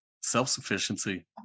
self-sufficiency